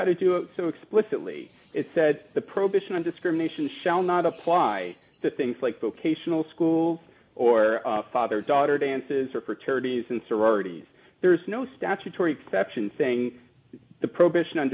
how to do it so explicitly it said the prohibition on discrimination shall not apply to things like vocational schools or father daughter dances or fertility and sororities there is no statutory exception thing the prohibition on